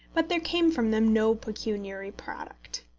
but there came from them no pecuniary product.